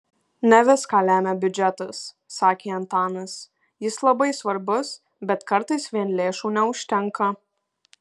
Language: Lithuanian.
ne viską lemia biudžetas sakė antanas jis labai svarbus bet kartais vien lėšų neužtenka